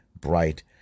bright